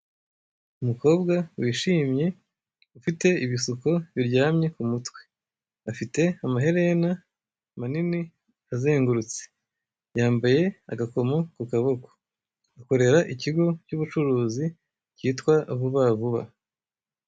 Umukobwa wishimye ufite ibisuko biryamye kumutwe, afite amaherena manini azengurutse, yambaye agakomo ku kaboko; akorera ikigo cy'ubucuruzi kitwa ''Vuba vuba''.